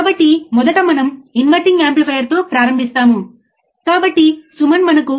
కాబట్టి దీన్ని ఎలా ఉపయోగించాలో మీకు తెలియకపోతే ఇంట్లో ప్రయత్నించకండి